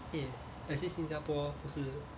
eh actually 新加坡不是